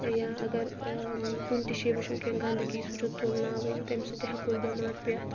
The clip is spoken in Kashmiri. یا اگر کُنہِ تہِ جاے وٕچھو کینٛہہ گنٛدٕگی سُہ چھُ تُلناوٕنۍ تمہِ سۭتۍ تہِ ہٮ۪کو أسۍ بٮ۪مار پٮ۪تھ